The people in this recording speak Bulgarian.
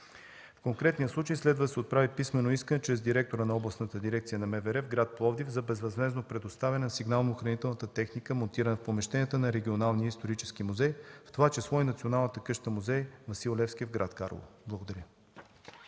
В конкретния случай следва де се отправи писмено искане чрез директора на Областната дирекция на МВР в град Пловдив за безвъзмездно предоставяне на сигнално-охранителната техника, монтирана в помещенията на Регионалния исторически музей, в това число и Националната къща-музей „Васил Левски” в град Карлово. Благодаря.